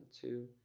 two